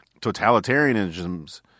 Totalitarianisms